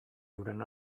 euren